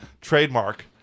trademark